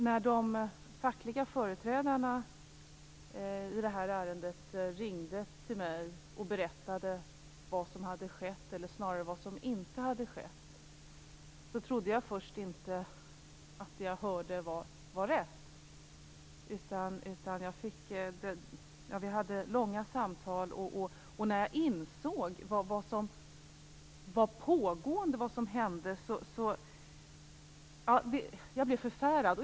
När de fackliga företrädarna ringde till mig och berättade vad som hade skett i ärendet, eller snarare vad som inte hade skett, trodde jag först att det jag hörde inte var riktigt. Vi hade långa samtal, och när jag insåg vad som hände blev jag förfärad.